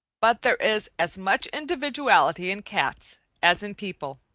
but there is as much individuality in cats as in people.